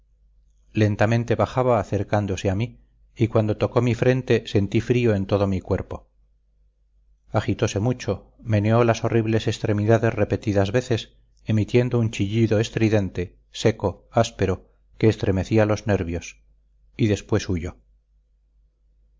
lentamente bajaba acercándose a mí y cuando tocó mi frente sentí frío en todo mi cuerpo agitose mucho meneó las horribles extremidades repetidas veces emitiendo un chillido estridente seco áspero que estremecía los nervios y después huyó